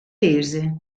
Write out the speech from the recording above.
tese